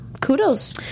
kudos